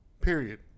period